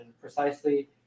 precisely